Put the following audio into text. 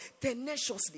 tenaciously